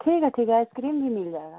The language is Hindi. ठीक है ठीक है आइस क्रीम भी मिल जाएगी